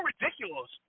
ridiculous